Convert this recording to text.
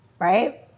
right